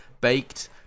baked